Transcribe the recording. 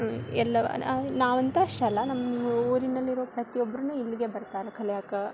ಎಲ್ಲ ನಾವಂತ ಅಷ್ಟೆ ಅಲ್ಲ ನಮ್ಮ ಊರಿನಲ್ಲಿರುವ ಪ್ರತಿಯೊಬ್ಬರೂನು ಇಲ್ಲಿಗೆ ಬರ್ತಾರೆ ಕಲಿಯಾಕೆ